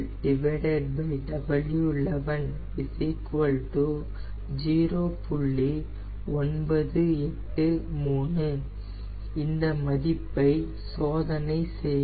983 இந்த மதிப்பை சோதனை செய்க